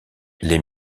les